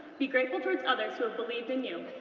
be grateful towards others who have believed in you,